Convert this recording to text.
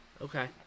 Okay